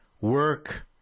work